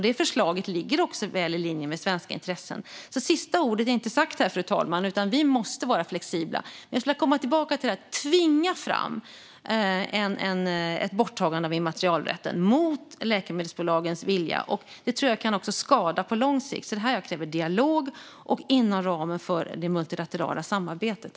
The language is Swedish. Det förslaget ligger väl i linje med svenska intressen. Fru talman! Sista ordet är inte sagt här, utan vi måste vara flexibla. Jag vill komma tillbaka till detta. Att tvinga fram ett borttagande av immaterialrätten mot läkemedelsbolagens vilja tror jag kan skada på lång sikt. Detta kräver dialog inom ramen för det multilaterala samarbetet.